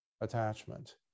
attachment